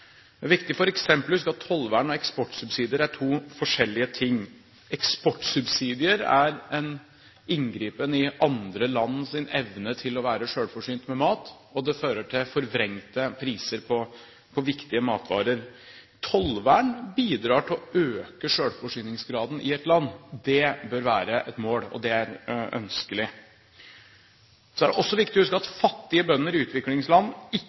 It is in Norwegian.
viktig f.eks. å huske at tollvern og eksportsubsidier er to forskjellige ting. Eksportsubsidier er en inngripen i andre lands evne til å være selvforsynt med mat, og det fører til forvrengte priser på viktige matvarer. Tollvern bidrar til å øke selvforsyningsgraden i et land. Det bør være et mål, og det er ønskelig. Så er det også viktig å huske at fattige bønder i utviklingsland